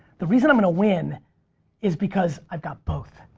the reason i'm gonna win is because i've got both.